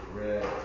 red